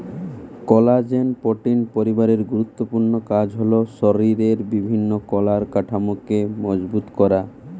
collagen protein পরিবারের গুরুত্বপূর্ণ কাজ হল শরিরের বিভিন্ন কলার কাঠামোকে মজবুত করা